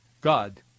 God